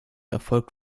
erfolgt